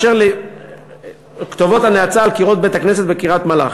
אשר לכתובות הנאצה על קירות בית-הכנסת בקריית-מלאכי,